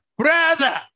brother